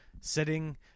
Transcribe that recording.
Sitting